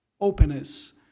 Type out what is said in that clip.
openness